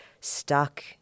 stuck